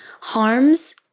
harms